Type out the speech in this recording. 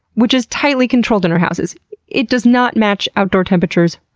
which is tightly controlled in our houses it does not match outdoor temperatures,